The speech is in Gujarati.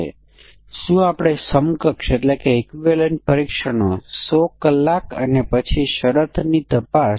અને તેથી 10 પરીક્ષણના કેસોની જરૂર પડશે અને તે પછી તેની જરૂર પડશે જે આના પ્રતિનિધિ છે